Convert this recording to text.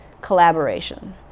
collaboration